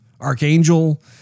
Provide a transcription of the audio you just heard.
Archangel